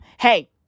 hey